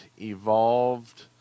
Evolved